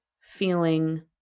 feeling